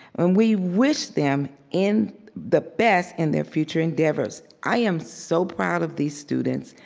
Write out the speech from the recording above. we wish them in the best in their future endeavors. i am so proud of these students,